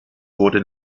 wurde